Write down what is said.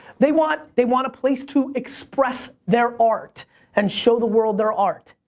they want they want a place to express their art and show the world their art,